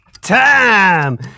Time